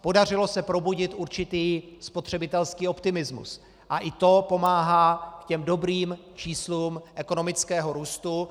Podařilo se probudit určitý spotřebitelský optimismus a i to pomáhá k těm dobrým číslům ekonomického růstu.